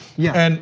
yeah. and